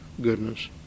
goodness